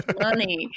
money